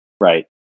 Right